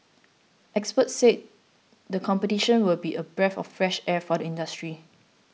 experts said the competition will be a breath of fresh air for the industry